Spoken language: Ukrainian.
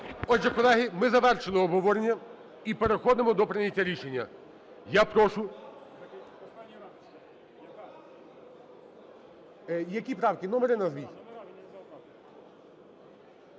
Отже, колеги, ми завершили обговорення і переходимо до прийняття рішення. Я прошу… (Шум у залі) Які правки? Номери назвіть.